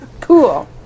Cool